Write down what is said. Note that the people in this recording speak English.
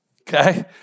okay